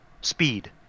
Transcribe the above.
speed